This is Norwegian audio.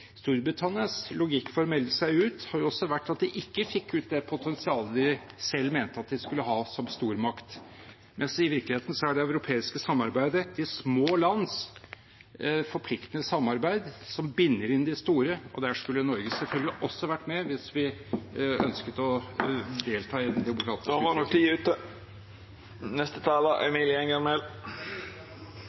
Storbritannias logikk for å melde seg ut har også vært at de ikke fikk ut det potensialet de selv mente at de skulle ha som stormakt, mens i virkeligheten er det europeiske samarbeidet de små lands forpliktende samarbeid som binder inn de store. Der skulle Norge også vært med hvis vi ønsket å delta i